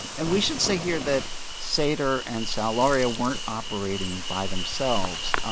and we should say here that sater and sal lauria weren't operating by themselves.